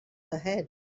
ahead